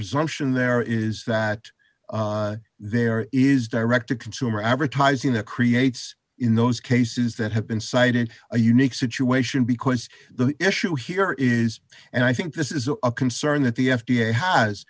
presumption there is that there is direct to consumer advertising that creates in those cases that have been cited a unique situation because the issue here is and i think this is a concern that the f d a has